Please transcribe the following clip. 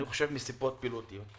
אני חושב שבשל סיבות פוליטיות.